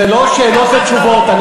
תן לי להשלים את התשובה.